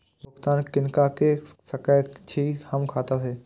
भुगतान किनका के सकै छी हम खाता से?